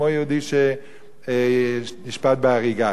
כמו יהודי שנשפט בהריגה.